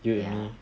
ya